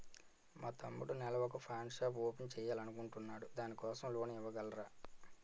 మా తమ్ముడు నెల వొక పాన్ షాప్ ఓపెన్ చేయాలి అనుకుంటునాడు దాని కోసం లోన్ ఇవగలరా?